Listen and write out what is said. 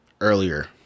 earlier